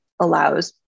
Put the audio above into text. allows